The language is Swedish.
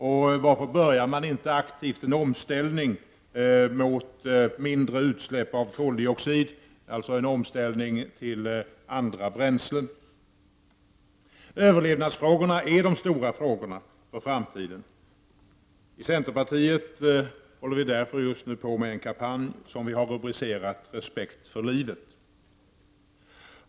Och varför börjar inte ett aktivt arbete på omställning mot mindre utsläpp av koldioxid, alltså en omställning till andra bränslen? Överlevnadsfrågorna är de stora frågorna för framtiden. I centerpartiet håller vi därför just nu på med en kampanj som vi har rubricerat Respekt för livet.